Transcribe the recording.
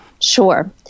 Sure